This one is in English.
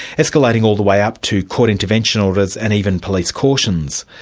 escalating all the way up to court intervention orders, and even police cautions.